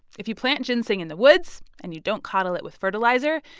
if you plant ginseng in the woods and you don't coddle it with fertilizer,